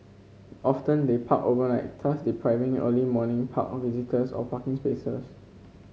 often they park overnight thus depriving early morning park on visitors of parking spaces